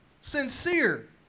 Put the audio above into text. sincere